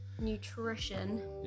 nutrition